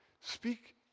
Speak